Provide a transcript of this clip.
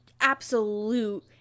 absolute